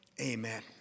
amen